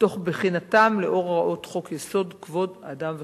תוך בחינתם לאור הוראות חוק-יסוד: כבוד האדם וחירותו.